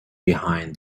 behind